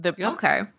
okay